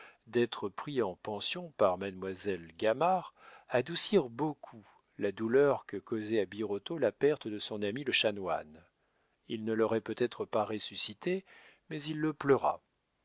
d'être pris en pension par mademoiselle gamard adoucirent beaucoup la douleur que causait à birotteau la perte de son ami le chanoine il ne l'aurait peut-être pas ressuscité mais il le pleura